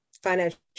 financial